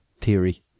theory